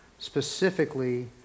specifically